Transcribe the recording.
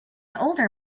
older